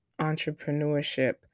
entrepreneurship